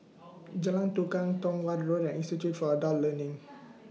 Jalan Tukang Tong Watt Road and Institute For Adult Learning